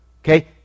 Okay